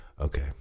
Okay